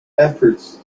efforts